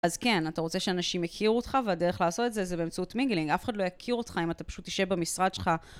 אז כן, אתה רוצה שאנשים יכירו אותך, והדרך לעשות את זה זה באמצעות מינגלינג. אף אחד לא יכיר אותך אם אתה פשוט תישב במשרד שלך.